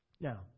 Now